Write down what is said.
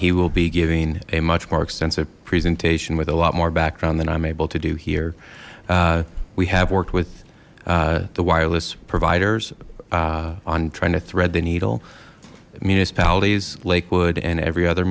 he will be giving a much more extensive presentation with a lot more background than i'm able to do here we have worked with the wireless providers on trying to thread the needle municipalities lakewood and every other